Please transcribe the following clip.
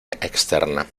externa